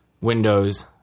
Windows